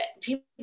people